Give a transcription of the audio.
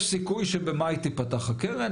יש סיכוי שבמאי תיפתח הקרן,